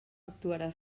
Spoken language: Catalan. actuarà